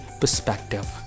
perspective